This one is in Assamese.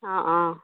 অঁ অঁ